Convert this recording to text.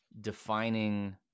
defining